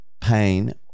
pain